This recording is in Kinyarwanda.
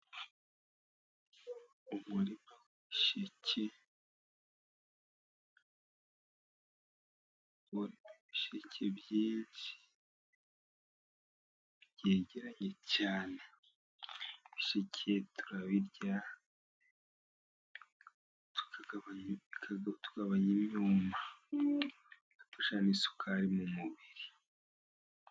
Umurima w'ibisheke, urimo ibisheke byinshi byegeranye cyane, ibisheke turabirya tukagabanya imyuma, bidushyira n'isukari mu mubiri.